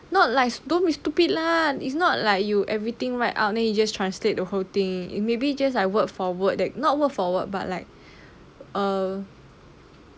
no no not like don't be stupid lah it's not like you everything write out then you just translate the whole thing you maybe just like word for word that not word for word but like err